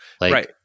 Right